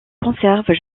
conserve